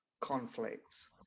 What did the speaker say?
conflicts